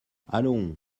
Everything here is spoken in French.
allons